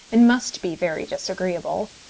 and must be very disagreeable.